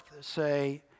say